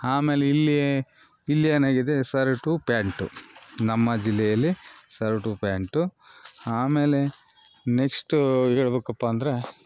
ಆಮೇಲೆ ಇಲ್ಲಿ ಇಲ್ಲಿ ಏನಾಗಿದೆ ಸರ್ಟು ಪ್ಯಾಂಟು ನಮ್ಮ ಜಿಲ್ಲೆಯಲ್ಲಿ ಸರ್ಟು ಪ್ಯಾಂಟು ಆಮೇಲೆ ನೆಕ್ಸ್ಟು ಹೇಳ್ಬಕಪ್ಪ ಅಂದರೆ